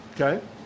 Okay